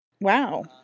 Wow